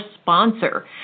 sponsor